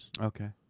Okay